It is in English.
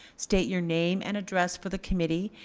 state your name and address for the committee.